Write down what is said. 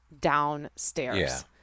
downstairs